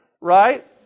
Right